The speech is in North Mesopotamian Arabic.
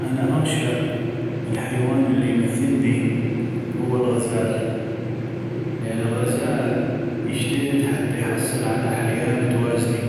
انا اغشع الحيوان الي يمثلني هو الغزال لان الغزال يجتهد حتى يحصل على حياة متوازني